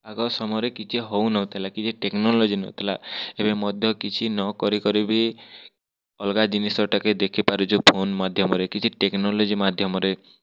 ଆଗ ସମୟରେ କିଛି ହଉନଥିଲା କିଛି ଟେକ୍ନୋଲୋଜି ନଥିଲା ଏବେ ମଧ୍ୟ କିଛି ନ କରିବି ଅଲଗା ଜିନିଷଟେ ଟିକେ ଦେଖିପାରୁଛୁ ଫୋନ ମାଧ୍ୟମରେ କିଛି ଟେକ୍ନୋଲୋଜି ମାଧ୍ୟମରେ